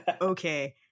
okay